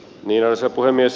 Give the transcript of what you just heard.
arvoisa puhemies